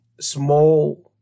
small